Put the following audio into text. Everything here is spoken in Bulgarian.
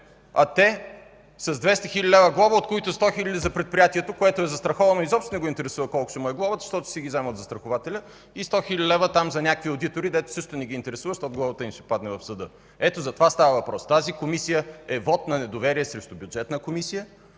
а те с 200 хил. лв. глоба, от които 100 хиляди за предприятието, което е застраховано и изобщо не го интересува колко ще му е глобата, щото ще си ги вземе от застрахователя, и 100 хил. лв. там за някакви одитори, дето също не ги интересува, защото глобата им ще падне в съда. Ето за това става въпрос. Тази Комисия е вот на недоверие срещу Бюджетната комисия.